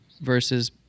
versus